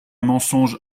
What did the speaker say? mensonge